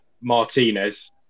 Martinez